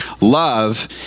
Love